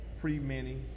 pre-mini